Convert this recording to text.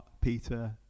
Peter